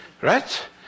right